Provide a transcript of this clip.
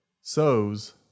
sows